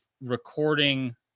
recording